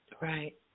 right